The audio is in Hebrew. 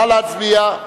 נא להצביע.